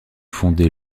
fondée